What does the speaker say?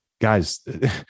Guys